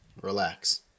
relax